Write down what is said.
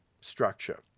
structure